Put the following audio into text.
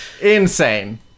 insane